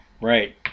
Right